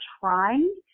trying